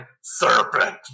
serpent